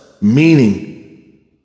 Meaning